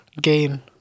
gain